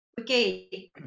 Okay